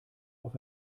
auf